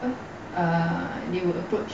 a new approach